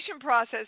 process